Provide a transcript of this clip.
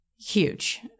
huge